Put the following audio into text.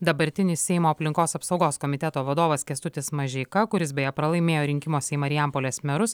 dabartinis seimo aplinkos apsaugos komiteto vadovas kęstutis mažeika kuris beje pralaimėjo rinkimus į marijampolės merus